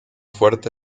fuerte